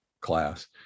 class